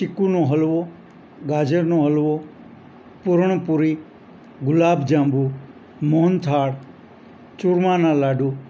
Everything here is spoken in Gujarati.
ચીકુનો હલવો ગાજરનો હલવો પૂરણપુરી ગુલાબ જાંબુ મોહનથાળ ચૂરમાના લાડુ